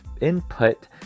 input